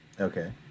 Okay